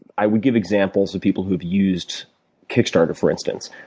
i would give examples of people who have used kickstarter, for instance,